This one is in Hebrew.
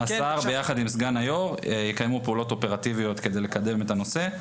השר ביחד עם סגן היו"ר יקיימו פעילות אופרטיביות כדי לקדם את הנושא,